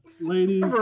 Ladies